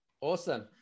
Awesome